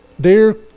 dear